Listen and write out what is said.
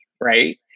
right